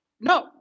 No